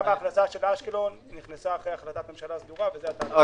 גם ההחלטה של אשקלון נכנסה אחרי החלטת ממשלה סדורה -- רק